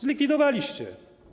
Zlikwidowaliście.